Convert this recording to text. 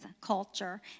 culture